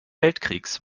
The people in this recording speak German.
weltkriegs